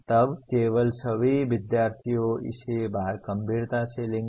तब केवल सभी विद्यार्थी इसे गंभीरता से लेंगे